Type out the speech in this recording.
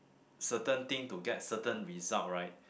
certain thing to get certain result right